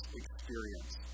experience